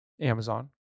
Amazon